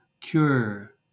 cure